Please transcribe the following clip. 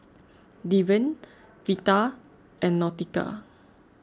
Deven Vita and Nautica